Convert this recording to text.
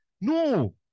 No